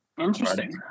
interesting